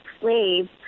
slaves